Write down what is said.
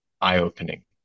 eye-opening